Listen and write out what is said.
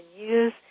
use